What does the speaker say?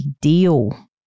deal